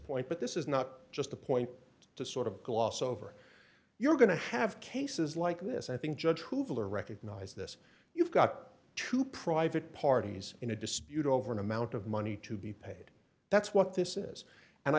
point but this is not just a point to sort of gloss over you're going to have cases like this i think judge hoover recognized this you've got two private parties in a dispute over an amount of money to be paid that's what this is and i